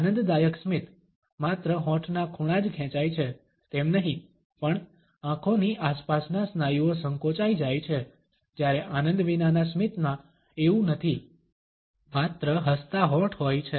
આનંદદાયક સ્મિત માત્ર હોઠના ખૂણા જ ખેંચાય છે તેમ નહી પણ આંખોની આસપાસના સ્નાયુઓ સંકોચાઈ જાય છે જ્યારે આનંદ વિનાના સ્મિતમા એવુ નથી માત્ર હસતા હોઠ હોય છે